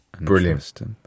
Brilliant